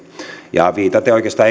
viitaten oikeastaan